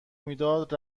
میداد